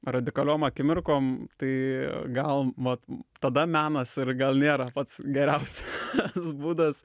radikaliom akimirkom tai gal vat tada menas ir gal nėra pats geriausias būdas